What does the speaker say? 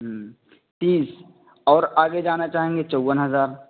ہوں تیس اور آگے جانا چاہیں گے چون ہزار